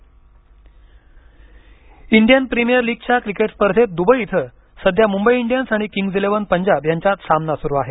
I P L Indian Premier लीगच्या cricket स्पर्देह्त Dubai इथ सध्या मुंबई इंडियन्स आणि किंग्ज इलेव्हन पंजाब यांच्यात सामना सुरु आहे